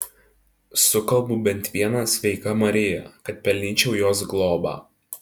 sukalbu bent vieną sveika marija kad pelnyčiau jos globą